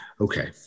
okay